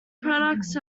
products